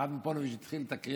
הרב מפונוביז' התחיל את הקריאה,